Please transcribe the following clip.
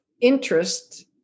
interest